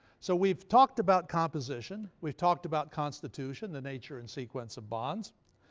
so we've talked about composition. we've talked about constitution, the nature and sequence of bonds.